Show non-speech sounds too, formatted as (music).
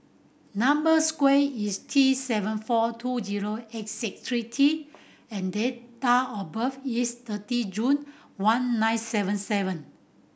number square is T seven four two zero eight six three T and date (unintelligible) of birth is thirty June one nine seven seven